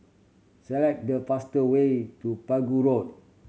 select the faster way to Pegu Road